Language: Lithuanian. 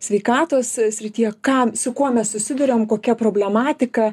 sveikatos srityje ką su kuo mes susiduriam kokia problematika